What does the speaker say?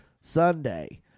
Sunday